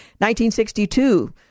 1962